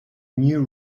new